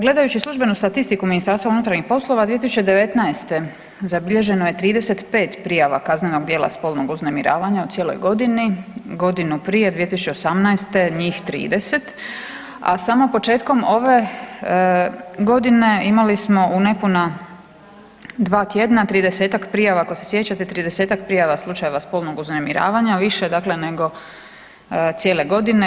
Gledajući službenu statistiku MUP-a 2019. zabilježeno je 35 prijava kaznenog djela spolnog uznemiravanja u cijeloj godini, godinu prije 2018. njih 30, a samo početkom ove godine imali smo u nepuna dva tjedana 30-ak prijava ako se sjećate 30-ak prijava slučajeva spolnog uznemiravanja, više dakle nego cijele godine.